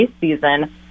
season